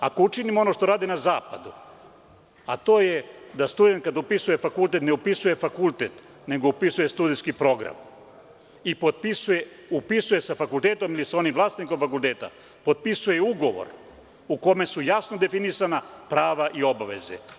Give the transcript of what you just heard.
Ako učinimo ono što rade na zapadu, a to je da student kada upisuje fakultet ne upisuje fakultet nego upisuje studentski program i potpisuje sa fakultetom ili sa onim vlasnikom fakulteta, potpisuje ugovor u kome su jasno definisana prava i obaveze.